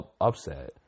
upset